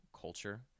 culture